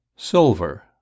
Silver